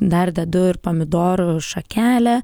dar dedu ir pomidorų šakelę